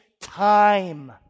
time